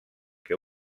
que